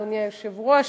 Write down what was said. אדוני היושב-ראש.